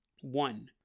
One